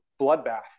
bloodbath